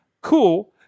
cool